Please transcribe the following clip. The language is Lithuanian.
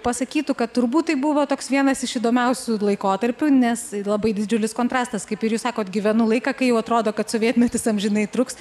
pasakytų kad turbūt tai buvo toks vienas iš įdomiausių laikotarpių nes labai didžiulis kontrastas kaip ir jūs sakot gyvenu laiką kai jau atrodo kad sovietmetis amžinai truks